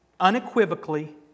unequivocally